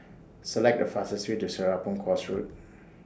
Select The fastest Way to Serapong Course Road